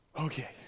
Okay